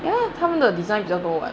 ya 因为他们的 design 比较多 [what]